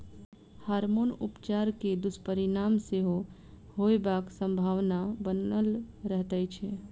hormone उपचार के दुष्परिणाम सेहो होयबाक संभावना बनल रहैत छै